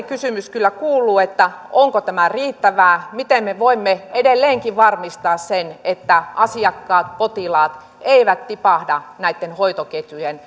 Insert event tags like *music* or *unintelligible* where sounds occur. *unintelligible* kysymys kyllä kuuluu onko tämä riittävää miten me voimme edelleenkin varmistaa sen että asiakkaat potilaat eivät tipahda näitten hoitoketjujen *unintelligible*